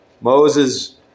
Moses